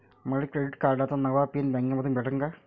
मले क्रेडिट कार्डाचा नवा पिन बँकेमंधून भेटन का?